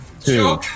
Two